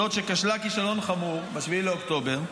זאת שכשלה כישלון חמור ב-7 באוקטובר.